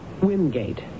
Wingate